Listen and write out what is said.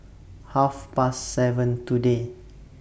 Half Past seven today